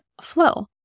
flow